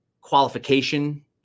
qualification